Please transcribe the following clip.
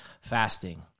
fasting